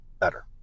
better